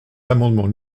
l’amendement